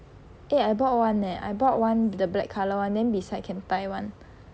eh I bought one leh I bought one the black colour [one] then beside can tie [one]